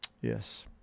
Yes